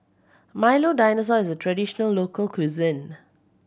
Milo Dinosaur is a traditional local cuisine